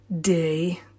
day